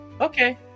Okay